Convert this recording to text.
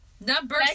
Number